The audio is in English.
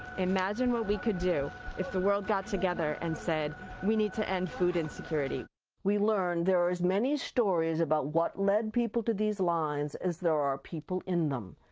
imagine what we could do if the world got together and said we need to end food insecurity. reporter we learned there are as many stories about what led people to these lines as there are people in them.